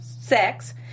sex